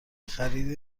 خرید